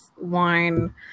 wine